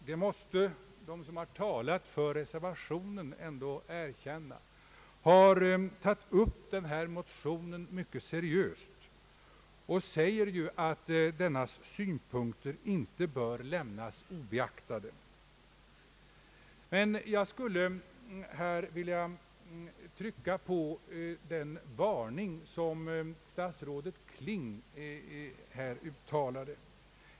De som har talat för reservationen måste ändå erkänna att utskottet har behandlat denna motion mycket seriöst; man betonar att synpunkterna däri inte bör lämnas obeaktade. Jag skulle dock vilja återkomma till den varning som statsrådet Kling nyss uttalade.